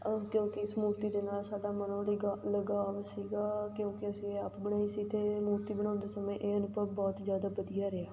ਕਿਉਂਕਿ ਇਸ ਮੂਰਤੀ ਦੇ ਨਾਲ ਸਾਡਾ ਮਨੋ ਲਗਾਅ ਲਗਾਅ ਸੀਗਾ ਕਿਉਂਕਿ ਅਸੀਂ ਆਪ ਬਣਾਈ ਸੀ ਅਤੇ ਮੂਰਤੀ ਬਣਾਉਣ ਦੇ ਸਮੇਂ ਇਹ ਅਨੁਭਵ ਬਹੁਤ ਜ਼ਿਆਦਾ ਵਧੀਆ ਰਿਹਾ